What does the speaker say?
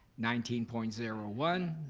nineteen point zero one,